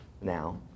now